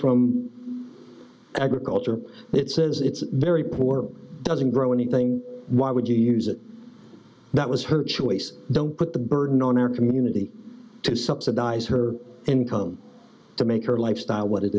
from agriculture that says it's very poor doesn't grow anything why would you use it that was her choice don't put the burden on our community to subsidize her income to make her lifestyle what it